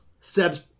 Seb's